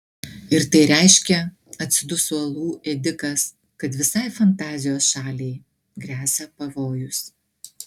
ir tai reiškia atsiduso uolų ėdikas kad visai fantazijos šaliai gresia pavojus